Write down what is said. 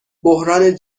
بحران